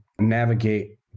navigate